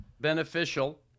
beneficial